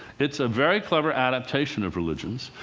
it's a very clever adaptation of religions.